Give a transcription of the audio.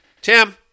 Tim